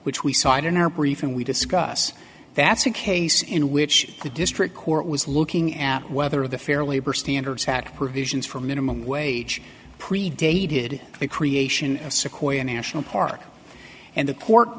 which we cite in our brief and we discuss that's a case in which the district court was looking at whether the fair labor standards act provisions for minimum wage predated the creation of sequoia national park and the